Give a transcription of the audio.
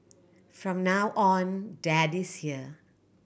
from now on dad is here